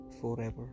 forever